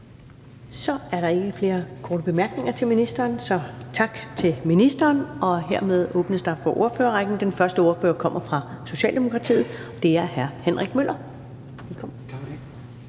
Så er der ikke flere korte bemærkninger til ministeren. Så tak til ministeren, og hermed åbnes der for ordførerrækken. Den første ordfører kommer fra Socialdemokratiet. Det er hr. Henrik Møller.